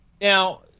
Now